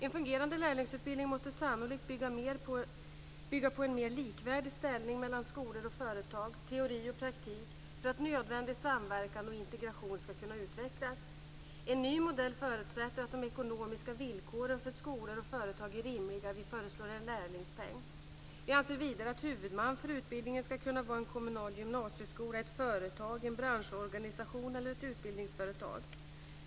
En fungerande lärlingsutbildning måste sannolikt bygga på en mer likvärdig ställning mellan skolor och företag, teori och praktik, för att nödvändig samverkan och integration ska kunna utvecklas. En ny modell förutsätter att de ekonomiska villkoren för skolor och företag är rimliga. Vi föreslår en lärlingspeng. Vi anser vidare att huvudman för utbildningen skulle kunna vara en kommunal gymnasieskola, ett företag, en branschorganisation eller ett utbildningsföretag.